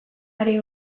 are